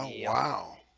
wow,